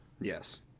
Yes